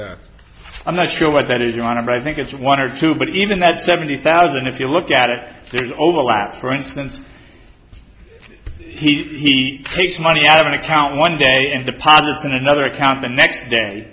there i'm not sure what that is your honor i think it's one or two but even that's seventy thousand if you look at it there's overlap for instance he takes money out of an account one day and deposits in another account the next day